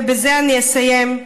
ובזה אני אסיים,